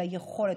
של היכולת,